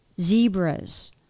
zebras